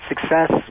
success